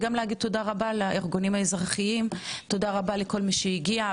תודה רבה לארגונים האזרחיים ולכל מי שהגיע.